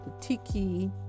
tiki